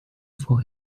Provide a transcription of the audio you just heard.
for